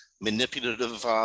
manipulative